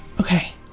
Okay